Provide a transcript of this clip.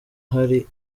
hari